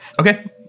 Okay